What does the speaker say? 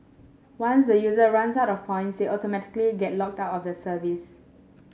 once the user runs out of points they automatically get locked out of the service